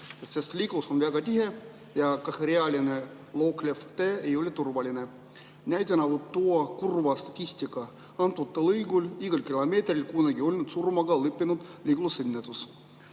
sest liiklus on väga tihe ja kaherealine looklev tee ei ole turvaline. Näitena võib tuua kurva statistika: selle teelõigu igal kilomeetril on kunagi olnud surmaga lõppenud liiklusõnnetus.